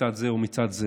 מצד זה או מצד זה,